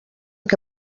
què